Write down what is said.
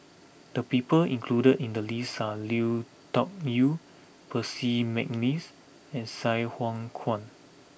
the people included in the list are Lui Tuck Yew Percy McNeice and Sai Hua Kuan